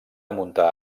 muntar